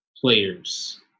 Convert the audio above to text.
players